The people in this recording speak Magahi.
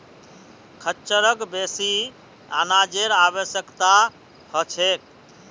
खच्चरक बेसी अनाजेर आवश्यकता ह छेक